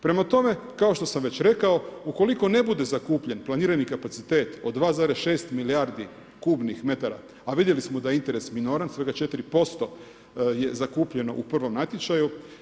Prema tome, kao što sam već rekao, ukoliko ne bude zakupljen planirani kapacitet od 2,6 milijardi kubnih metara, a vidjeli smo da je interes minoran, svega 4% je zakupljeno u prvom natječaju.